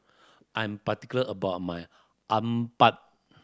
I'm particular about my